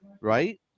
Right